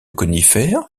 conifères